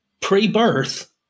pre-birth